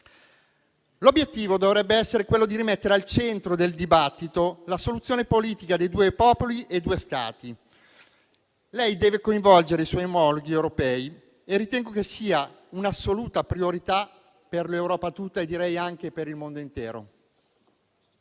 L'obiettivo dovrebbe essere quello di rimettere al centro del dibattito la soluzione politica dei "due popoli, due Stati". Lei deve coinvolgere i suoi omologhi europei e ritengo che questa sia un'assoluta priorità, per l'Europa tutta e anche per il mondo intero.